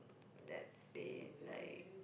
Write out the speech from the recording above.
let's see like